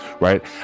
right